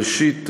ראשית,